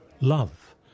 Love